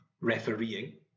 refereeing